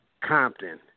Compton